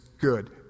Good